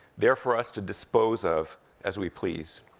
therefore as to dispose of as we please.